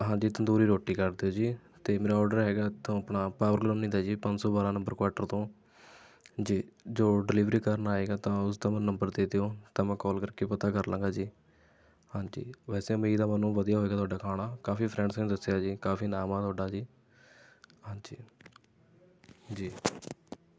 ਹਾਂਜੀ ਤੰਦੂਰੀ ਰੋਟੀ ਕਰ ਦਿਓ ਜੀ ਅਤੇ ਮੇਰਾ ਓਡਰ ਹੈਗਾ ਇੱਥੋੇਂ ਆਪਣਾ ਪਾਵਰ ਕਲੋਨੀ ਦਾ ਜੀ ਪੰਜ ਸੌ ਬਾਰ੍ਹਾਂ ਨੰਬਰ ਕੁਆਰਟਰ ਤੋਂ ਜੀ ਜੋ ਡਿਲੀਵਰੀ ਕਰਨ ਆਏਗਾ ਤਾਂ ਉਸ ਦਾ ਮੈਨੂੰ ਨੰਬਰ ਦੇ ਦਿਓ ਤਾਂ ਮੈਂ ਕੋਲ ਕਰਕੇ ਪਤਾ ਕਰ ਲਵਾਂਗਾ ਜੀ ਹਾਂਜੀ ਵੈਸੇ ਉਮੀਦ ਹੈ ਮੈਨੂੰ ਵਧੀਆ ਹੋਏਗਾ ਤੁਹਾਡਾ ਖਾਣਾ ਕਾਫੀ ਫਰ੍ਰੈਂਡਸ ਨੇ ਦੱਸਿਆ ਜੀ ਕਾਫੀ ਨਾਮ ਹੈ ਤੁਹਾਡਾ ਜੀ ਹਾਂਜੀ ਜੀ